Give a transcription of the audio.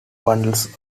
bundles